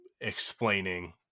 explaining